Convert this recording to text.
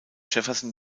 jefferson